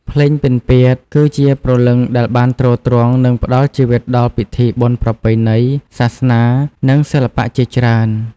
ភ្លេងពិណពាទ្យ គឺជាព្រលឹងដែលបានទ្រទ្រង់ និងផ្តល់ជីវិតដល់ពិធីបុណ្យប្រពៃណី សាសនា និងសិល្បៈជាច្រើន។